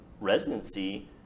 residency